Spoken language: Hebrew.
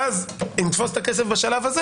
ואז נתפוס את הכסף בשלב הזה